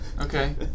Okay